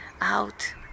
out